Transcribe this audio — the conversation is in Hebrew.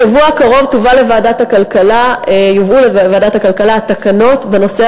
בשבוע הקרוב יובאו לוועדת הכלכלה תקנות בנושא